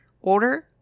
Order